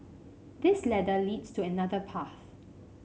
this ladder leads to another path